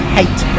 hate